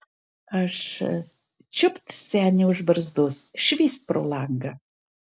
aš čiupt senį už barzdos švyst pro langą